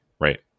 right